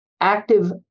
active